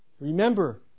Remember